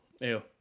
Ew